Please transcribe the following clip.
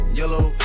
yellow